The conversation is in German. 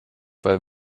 bei